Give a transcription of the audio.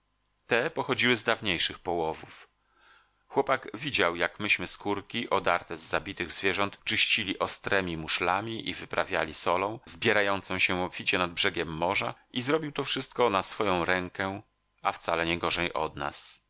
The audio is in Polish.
te pochodziły z dawniejszych połowów chłopak widział jak myśmy skórki odarte z zabitych zwierząt czyścili ostremi muszlami i wyprawiali solą zbierającą się obficie nad brzegiem morza i zrobił to wszystko na swoją rękę a wcale nie gorzej od nas